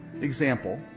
example